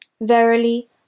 Verily